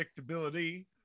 predictability